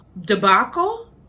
debacle